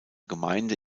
gemeinde